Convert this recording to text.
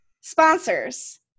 sponsors